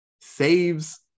saves